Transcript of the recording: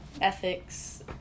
ethics